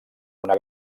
una